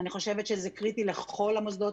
אני חושבת שזה קריטי כל המוסדות.